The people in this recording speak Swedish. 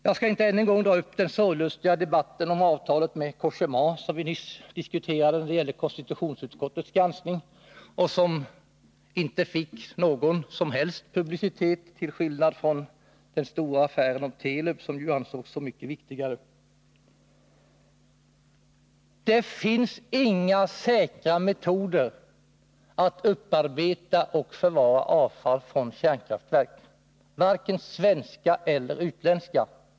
Jag skall inte än en gång ta upp den sorglustiga frågan om avtalet med Cogéma, som vi nyss diskuterade i samband med konstitutionsutskottets granskning och som inte fick någon som helst publicitet, till skillnad mot den stora affären om Telub, som ansågs vara mycket viktigare. Det finns inga säkra metoder att upparbeta och förvara avfall från kärnkraftverk, varken svenska eller utländska.